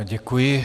Děkuji.